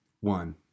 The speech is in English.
One